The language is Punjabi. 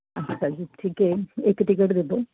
ਅੱਛਾ ਜੀ ਠੀਕ ਹੈ ਇੱਕ ਟਿਕਟ ਦੇ ਦਿਓ